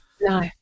no